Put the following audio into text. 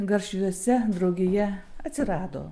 garšviuose draugija atsirado